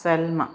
Salma